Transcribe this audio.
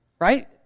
right